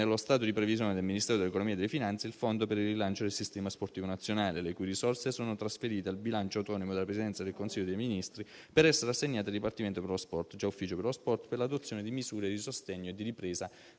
nello stato di previsione del Ministero dell'economia e delle finanze, il «Fondo per il rilancio del sistema sportivo nazionale», le cui risorse sono trasferite al bilancio autonomo della Presidenza del Consiglio dei ministri, per essere assegnate al Dipartimento per lo sport - già Ufficio per lo sport - per l'adozione di misure di sostegno e di ripresa